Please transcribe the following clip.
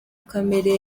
kamere